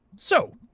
so.